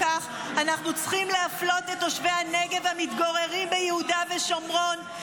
החוק יגיע לוועדה, תגיד את כל הטיעונים שלך.